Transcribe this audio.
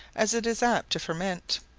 as it is apt to ferment,